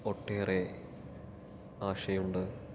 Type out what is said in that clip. ഒട്ടേറെ ആശയുണ്ട്